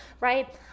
right